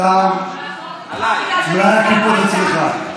אז אולי הכיפות אצלך.